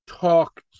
talked